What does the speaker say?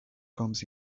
comes